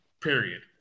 period